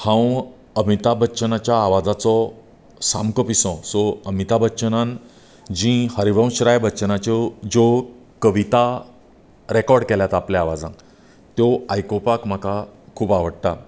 हांव अमिताब बच्चनाच्या आवाजाचो सामको पिसो सो अमिताब बच्चनान जी हरिवंशराय बच्चनाच्यो ज्यो कविता रॅकॉर्ड केल्यात आपल्या आवाजांत त्यो आयकूपाक म्हाका खूब आवडटा